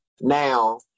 now